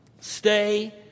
stay